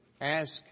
ask